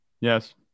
Yes